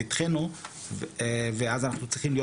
יבוא לפתחנו ואז אנחנו צריכים להיות